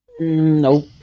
nope